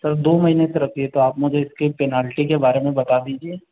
sir दो महीने से रखी है तो आप मुझे इसकी पेनल्टी के बारे मे बता दीजिए